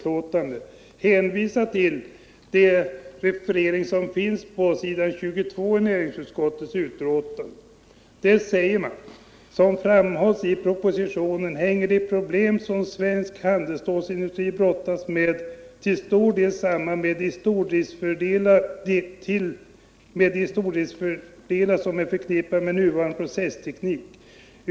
Jag vill därför hänvisa till vad som står på s. 22 i betänkandet: ”Som framhålls i propositionen —-—-- hänger de problem som svensk handelsstålsindustri brottas med till stor del samman med de stordriftsfördelar som är förknippade med nuvarande processteknik.